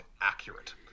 accurate